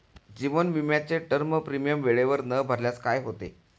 जीवन विमाचे term premium वेळेवर न भरल्यास काय होते?